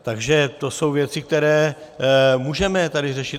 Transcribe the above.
Takže to jsou věci, které můžeme tady řešit.